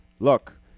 Look